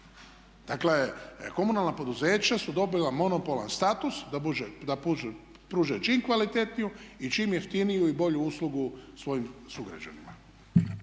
Dakle komunalna poduzeća su dobila monopolan status da pruže čim kvalitetniju i čim jeftiniju i bolju uslugu svojim sugrađanima.